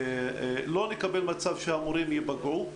לא נקבל מצב שהמורים ייפגעו.